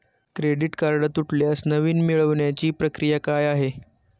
Credit card तुटल्यास नवीन मिळवण्याची प्रक्रिया काय आहे?